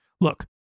Look